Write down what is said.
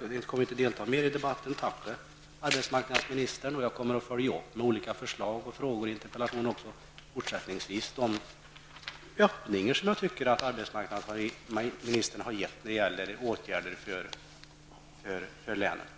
jag inte kommer att delta mer i debatten vill jag slutligen tacka arbetsmarknadsministern. Jag kommer fortsättningsvis att följa upp med olika förslag, frågor och interpellationer om de öppningar som jag tycker att arbetsmarknadsministern har gett när det gäller åtgärder för länet.